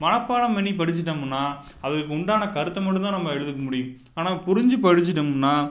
மனப்பாடம் பண்ணி படிச்சுட்டமுன்னா அதுக்கு உண்டான கருத்தை மட்டும்தான் நம்ம எழுதிக்கமுடியும் ஆனால் புரிஞ்சு படிச்சுட்டமுன்னா